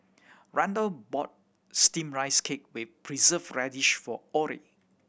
Randle bought Steamed Rice Cake with Preserved Radish for Orrie